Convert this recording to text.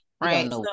Right